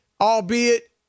albeit